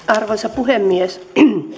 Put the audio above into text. arvoisa puhemies